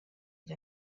إلى